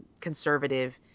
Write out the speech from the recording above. conservative